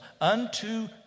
unto